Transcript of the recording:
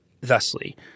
thusly